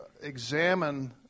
examine